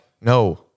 No